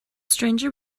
stranger